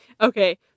Okay